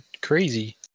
crazy